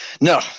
No